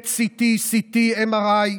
PET-CT, CT, MRI,